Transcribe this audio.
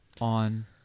on